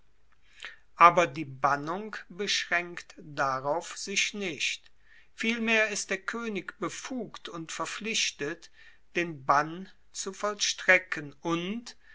aber die bannung beschraenkt darauf sich nicht vielmehr ist der koenig befugt und verpflichtet den bann zu vollstrecken und